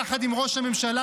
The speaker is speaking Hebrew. יחד עם ראש הממשלה,